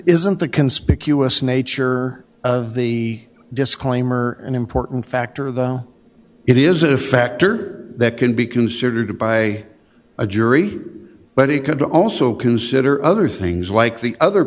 isn't the conspicuous nature of the disclaimer an important factor though it is a factor that can be considered by a jury but it could also consider other things like the other